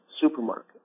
supermarket